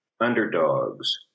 underdogs